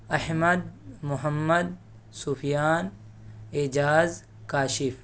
Ahmad Muhammad Sufyan Ijaz Kashif